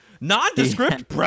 nondescript